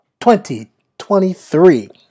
2023